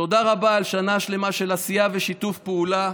תודה רבה על שנה שלמה של עשייה ושיתוף פעולה.